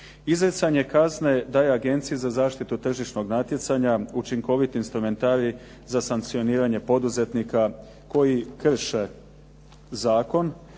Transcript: Izricanje kazne daje Agenciji za zaštitu tržišnog natjecanja učinkovit instrumentarij za sankcioniranje poduzetnika koji krše zakon.